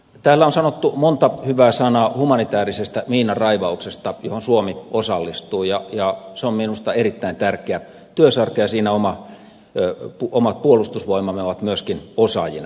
täällä on sanottu monta hyvää sanaa humanitäärisestä miinanraivauksesta johon suomi osallistuu ja se on minusta erittäin tärkeä työsarka ja siinä omat puolustusvoimamme ovat myöskin osaajina